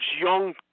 young